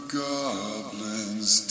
goblins